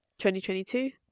2022